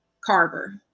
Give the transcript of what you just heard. Carver